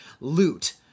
loot